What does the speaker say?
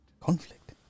Conflict